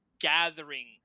gathering